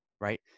right